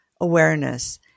awareness